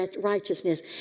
righteousness